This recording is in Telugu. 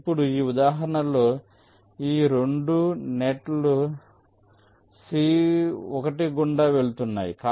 ఇప్పుడు ఈ ఉదాహరణలో ఈ 2 నెట్ లు C1 గుండా వెళుతున్నాయి